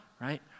right